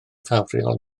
ffafriol